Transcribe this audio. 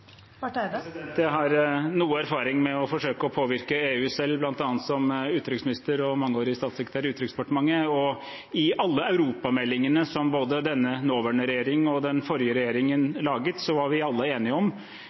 Jeg har noe erfaring med å forsøke å påvirke EU selv, bl.a. som utenriksminister og mangeårig statssekretær i Utenriksdepartementet. I alle europameldingene, som både den nåværende regjering og den forrige regjering lagde, har vi alle vært enige om